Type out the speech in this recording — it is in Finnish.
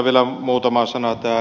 vielä muutama sana tähän